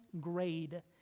grade